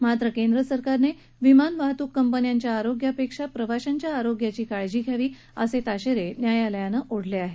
मात्र केंद्र सरकारने विमान वाहतूक कंपन्यांच्या आरोग्यापेक्षा प्रवाशांच्या आरोग्याची काळजी घ्यावी असे ताशेरे न्यायालयानं ओढले आहेत